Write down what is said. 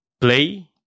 play